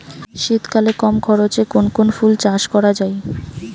শীতকালে কম খরচে কোন কোন ফুল চাষ করা য়ায়?